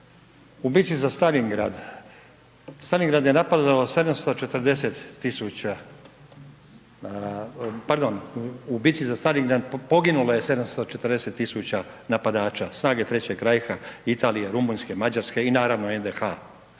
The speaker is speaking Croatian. Staljingrad, Staljingrad je napadalo 740 tisuća, pardon u bitci za Staljingrad poginulo je 740 tisuća napadača, snage 3. Reicha, Italije, Rumunjske, Mađarske i naravno, NDH.